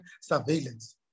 surveillance